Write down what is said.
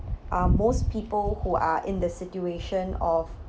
uh most people who are in the situation of